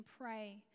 pray